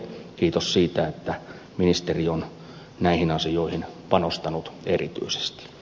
kiitos siitä että ministeri on näihin asioihin panostanut erityisesti